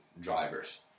drivers